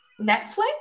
Netflix